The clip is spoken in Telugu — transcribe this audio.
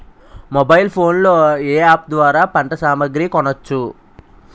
మొబైల్ ఫోన్ లో ఏ అప్ ద్వారా పంట సామాగ్రి కొనచ్చు?